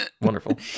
Wonderful